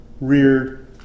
reared